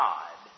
God